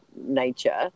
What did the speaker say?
nature